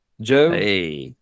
Joe